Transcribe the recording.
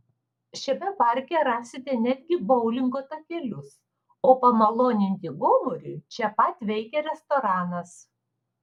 šiame parke rasite netgi boulingo takelius o pamaloninti gomuriui čia pat veikia restoranas